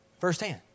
firsthand